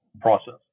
process